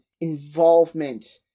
involvement